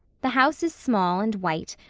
the house is small and white,